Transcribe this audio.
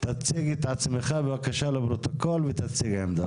תציג את עצמך בבקשה לפרוטוקול ותציג עמדה.